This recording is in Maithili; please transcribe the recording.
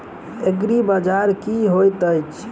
एग्रीबाजार की होइत अछि?